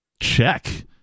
check